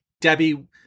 Debbie